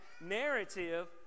narrative